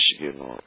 Michigan